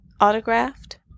autographed